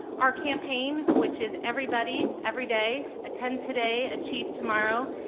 our campaign, which is everybody every day, attend today, achieve tomorrow,